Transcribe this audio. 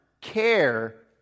care